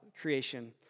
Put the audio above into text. creation